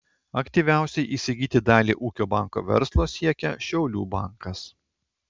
aktyviausiai įsigyti dalį ūkio banko verslo siekia šiaulių bankas